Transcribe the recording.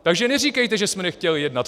Takže neříkejte, že jsme nechtěli jednat.